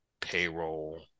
payroll